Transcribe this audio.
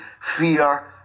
fear